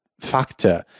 factor